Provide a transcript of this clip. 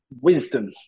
wisdom